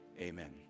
amen